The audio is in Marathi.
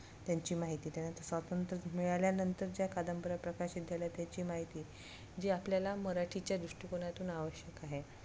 त्यांची माहिती त्यानंतर स्वातंत्र्य मिळाल्यानंतर ज्या कादंबऱ्या प्रकाशित झाल्या त्याची माहिती जी आपल्याला मराठीच्या दृष्टिकोनातून आवश्यक आहे